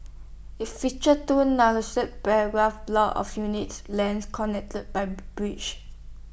IT features two paragraph blocks of unique length connected by bridges